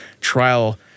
trial